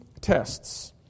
tests